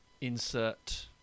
insert